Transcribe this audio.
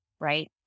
right